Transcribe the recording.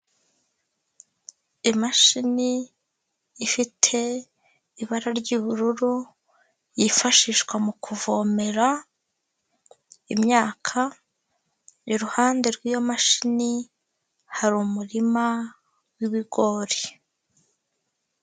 Imashini, ifite, ibara ry'ubururu, yifashishwa mu kuvomera, imyaka, iruhande rw'iyo mashini, hari umurima w'ibigori.